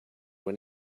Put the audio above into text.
when